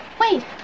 Wait